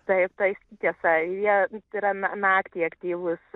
taip tai tiesa jie tyrame naktį aktyvūs